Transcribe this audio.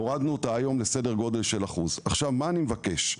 והורדנו אותה לסדר גודל של 1%. מה אני מבקש?